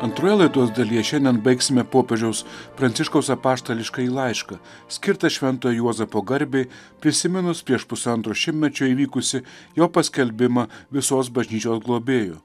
antroje laidos dalyje šiandien baigsime popiežiaus pranciškaus apaštališkąjį laišką skirtą švento juozapo garbei prisiminus prieš pusantro šimtmečio įvykusį jo paskelbimą visos bažnyčios globėju